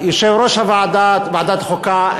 יושב-ראש ועדת החוקה,